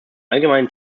allgemeinen